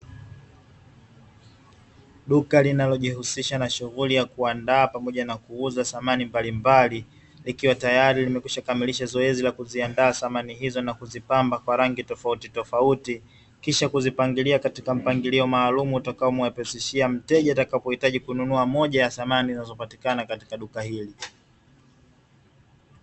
Duka linalo jihusisha na shughuli ya kuandaa pamoja na kuuza samani za aina mbali mbali, likiwa tayari limekwisha kamilisha zoezi la kuziandaa samani hizo na kuzipamba kwa rangi tofauti tofauti, kisha kuzipangilia katika mpangilio maalumu, utakao mwepesishia mteja atakapo hitaji kununua moja ya samani zinazo patikana katika Duka hili.